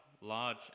large